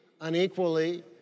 unequally